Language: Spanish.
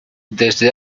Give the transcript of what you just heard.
desde